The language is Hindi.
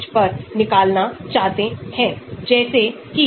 अगर R छोटी गतिविधि है तो नीचे जाती है